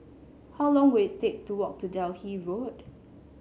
how long will it take to walk to Delhi Road